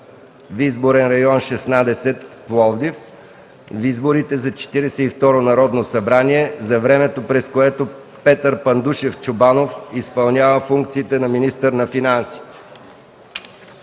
в изборен район 16. Пловдив в изборите за Четиридесет и второ Народно събрание, за времето, през което Петър Пандушев Чобанов изпълнява функциите на министър на финансите.